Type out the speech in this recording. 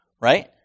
right